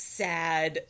sad